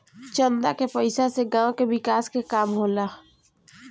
चंदा के पईसा से गांव के विकास के काम होला